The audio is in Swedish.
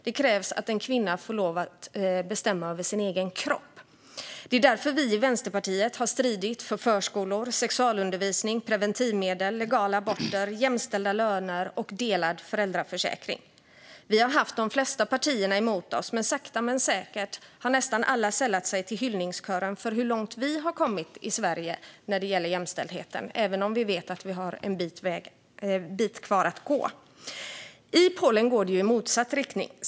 Det krävs att en kvinna får lov att bestämma över sin egen kropp. Det är därför vi i Vänsterpartiet har stridit för förskolor, sexualundervisning, preventivmedel, legala aborter, jämställda löner och delad föräldraförsäkring. Vi har haft de flesta partierna emot oss, men sakta men säkert har nästan alla sällat sig till hyllningskören över hur långt vi har kommit i Sverige när det gäller jämställdheten, även om vi vet att vi har en bit kvar att gå. I Polen går det i motsatt riktning.